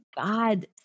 God